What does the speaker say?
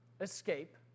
escape